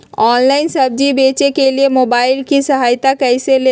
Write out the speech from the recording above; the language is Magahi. ऑनलाइन सब्जी बेचने के लिए मोबाईल की सहायता कैसे ले?